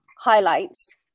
highlights